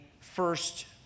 first